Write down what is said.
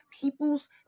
people's